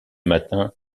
matin